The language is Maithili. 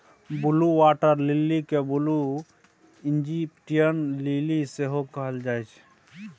ब्लु बाटर लिली केँ ब्लु इजिप्टियन लिली सेहो कहल जाइ छै